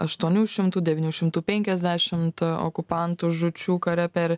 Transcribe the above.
aštuonių šimtų devynių šimtų penkiasdešimt okupantų žūčių kare per